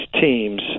teams